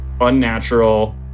unnatural